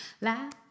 Laugh